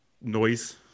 noise